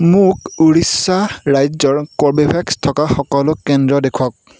মোক উৰিষ্যা ৰাজ্যৰ কৰ্বীভেক্স থকা সকলো কেন্দ্ৰ দেখুৱাওক